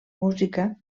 música